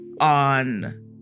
on